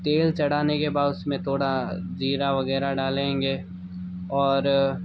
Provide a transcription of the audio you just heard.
तेल चढ़ाने के बाद उसमें थोड़ा ज़ीरा वगैरह डालेंगे और